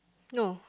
no